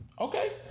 Okay